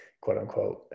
quote-unquote